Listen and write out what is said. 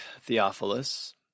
Theophilus